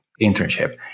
internship